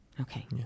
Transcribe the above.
Okay